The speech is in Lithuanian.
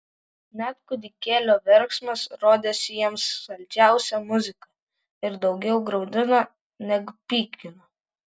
net kūdikėlio verksmas rodėsi jiems saldžiausia muzika ir daugiau graudino neg pykino